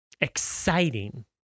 Exciting